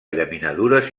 llaminadures